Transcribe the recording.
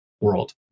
world